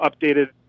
updated